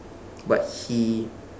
but he